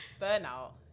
burnout